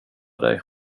dig